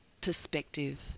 perspective